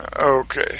Okay